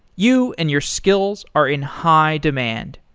you and your skills are in high demand.